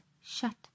shut